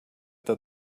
that